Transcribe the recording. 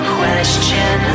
question